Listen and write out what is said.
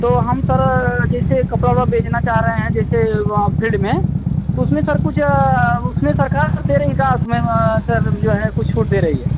तो हम सर जैसे कपड़ा ओपड़ा बेचना चाह रहे हैं जैसे वहाँ फील्ड में तो उसमें सर कुछ उसमें सरकार दे रही है का उसमें सर जो हैं कुछ छूट दे रही है